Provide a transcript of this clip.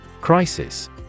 Crisis